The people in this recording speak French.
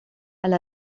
elle